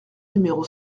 numéro